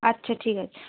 আচ্ছা ঠিক আছে